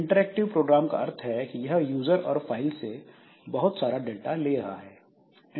interactive program का अर्थ है कि यह यूजर और फाइल से बहुत सारा डाटा ले रहा होगा